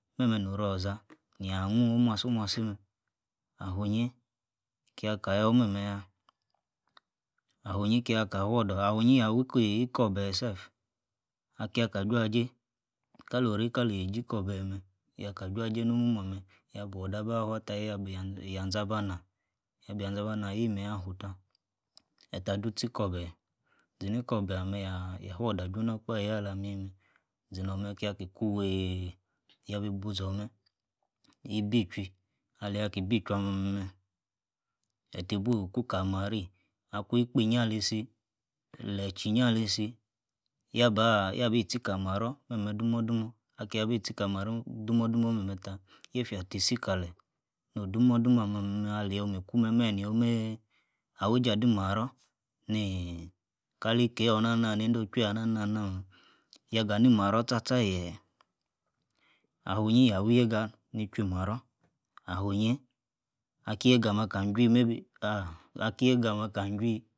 Meh-meh norolaza, nia-hnun ohmuazor-muazi meh, afuinyi. kiaka yor meh-meh yah, ah winyi kia-ka fuordor ah-winyi yah wiki ikorbahe sef akia-ka jajei, kalori-kalieiji ikorbahe meh, kia-ka juajei no'h mo'hmu ah meh, yah buor dor aba fuah tah, yah bia-yazen abanah, yabianzen abah nah, yi menyi afu, tah, ettah du-tchi ikorbah zini-ikorbahe ah-meh yah-yah fuordor ah-junor-kpaheiyi ala miyi meh, zinor-meh kia ki ku-wiii, yabi-bu sor meh, yibi-chwuii, alia ki bi chwuii ah-meh-meh, etti bu ku ka-mari, ah-kun-ikpo inyi alisi lechi-inyi alasi, yabaah, yabi tchi ka maror, meh-meh dumor-dumor, akiabi tchi ka-maror meh-meh dumor-dumor meh-meh tah, yefia tisi kaleyi, o-dumor-dumor ah-meh meh, alie o'hmi-ku meh, meh nio-mi aweijei ah-di maror. niii, kali kieiyi ona nam mehnei-endo chwueiyi ah nah-nah nah meh yah-ga nimaror tcha-tcha yeeeh, afu-inyi yah wieigah, ni-chwuiyi maror, afu-inyi yah wieigahm ni chwuiyi maror, afu inyi akiega ah-meh aka chwuiyi maybe, ah-akieiga ah-meh aka chwinyi